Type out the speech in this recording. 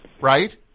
right